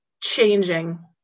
changing